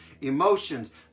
emotions